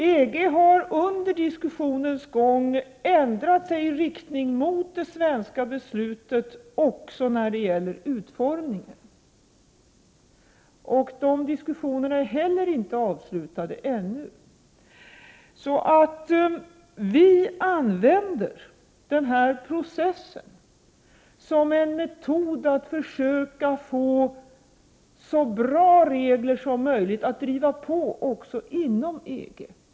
EG har under diskussionens gång ändrat sig i riktning mot det svenska beslutet också när det gäller utformningen. Den diskussionen är inte heller avslutad ännu. Vi använder denna process som en metod att försöka få så bra regler som möjligt, att driva på också inom EG.